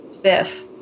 fifth